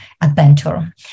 adventure